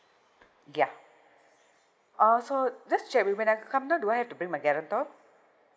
ya orh so just to check when I come down do I have to bring my guarantor